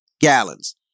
gallons